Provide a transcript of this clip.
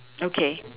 okay